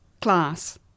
class